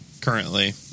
currently